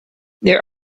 there